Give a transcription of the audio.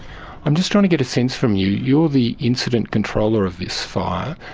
i'm just trying to get a sense from you. you're the incident controller of this fire.